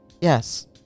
yes